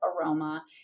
aroma